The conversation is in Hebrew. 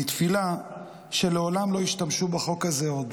אני תפילה שלעולם לא ישתמשו בחוק הזה עוד.